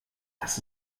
das